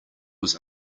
was